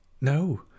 No